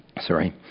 Sorry